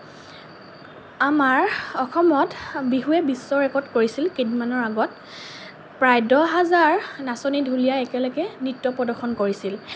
আমাৰ অসমত বিহুৱে বিশ্ব ৰেকৰ্ড কৰিছিল কেইদিনমানৰ আগত প্ৰায় দহ হাজাৰ নাচনী ঢুলীয়াই একেলগে নৃত্য প্ৰদৰ্শন কৰিছিল